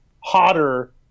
hotter